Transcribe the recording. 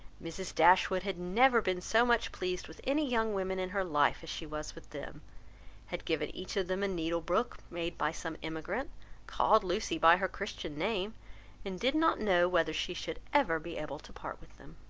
mrs. dashwood had never been so much pleased with any young women in her life, as she was with them had given each of them a needle book made by some emigrant called lucy by her christian name and did not know whether she should ever be able to part with them.